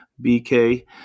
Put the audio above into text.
B-K